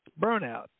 Burnout